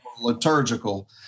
Liturgical